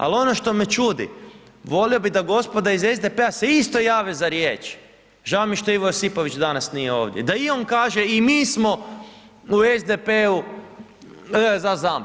Ali ono što me čudi volio bi da gospoda iz SDP-a se isto jave za riječ, žao mi je što Ivo Josipović danas nije ovdje, da i on kaže i mi smo u SDP-u za ZAMP.